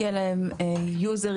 יהיה להם יוזרים.